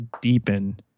deepen